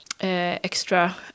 extra